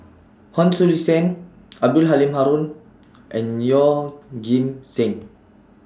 Hon Sui Sen Abdul Halim Haron and Yeoh Ghim Seng